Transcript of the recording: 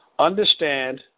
Understand